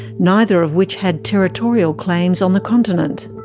neither of which had territorial claims on the continent.